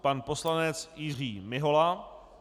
Pan poslanec Jiří Mihola.